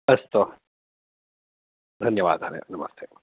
अस्तु धन्यवादः नमस्ते